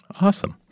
Awesome